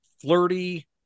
flirty